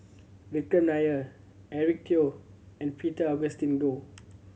Vikram Nair Eric Teo and Peter Augustine Goh